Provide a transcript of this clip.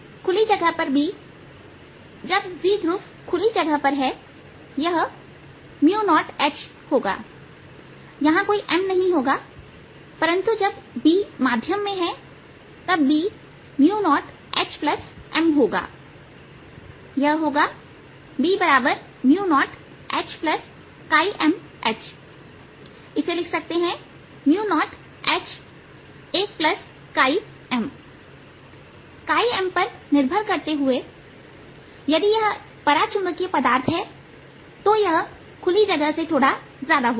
खुली जगह पर B जब द्विध्रुव खुली जगह पर है यह 0Hहोगा यहां कोई m नहीं होगा परंतु जब B माध्यम में है तब B0Hm होगा यह होगा B0HmHइसे लिख सकते हैं B0H1m m पर निर्भर करते हुए यदि यह परा चुंबकीय पदार्थ है तो यह खुली जगह से थोड़ा ज्यादा होगा